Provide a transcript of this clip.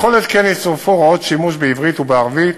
לכל התקן יצורפו הוראות שימוש בעברית ובערבית.